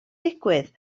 digwydd